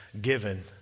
given